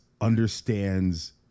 understands